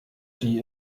die